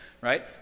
Right